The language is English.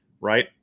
right